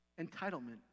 Entitlement